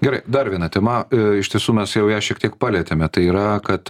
gerai dar viena tema iš tiesų mes jau ją šiek tiek palietėme tai yra kad